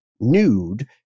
nude